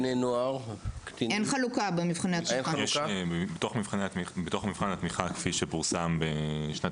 בתוך מבחן התמיכה כפי שפורסם בשנת